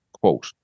quote